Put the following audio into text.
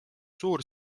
suur